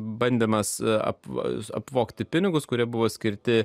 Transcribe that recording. bandymas apvalius apvogti pinigus kurie buvo skirti